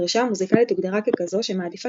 הדרישה המוזיקלית הוגדרה ככזו שמעדיפה